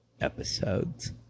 episodes